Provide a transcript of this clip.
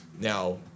Now